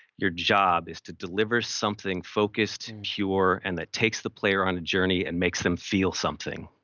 your job is to deliver something focused, and pure, and that takes the player on a journey and makes them feel something.